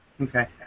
Okay